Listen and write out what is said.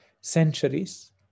centuries